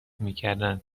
میکردند